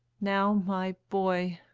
now, my boy,